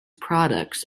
products